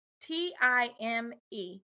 T-I-M-E